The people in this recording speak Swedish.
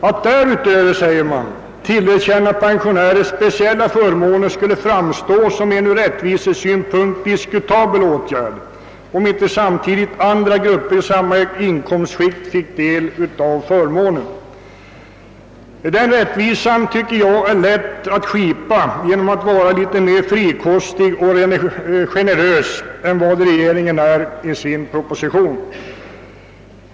»Att därutöver», skriver utskottet, »tillerkänna pensionärer speciella förmåner skulle framstå som en ur rättvisesynpunkt diskutabel åtgärd, om inte samtidigt andra grupper i samma inkomstskikt fick del av förmånerna.» Jag tycker dock att det bör vara relativt lätt att skipa rättvisa därvidlag genom att vara litet mera generös än vad departementschefen är i sin proposition.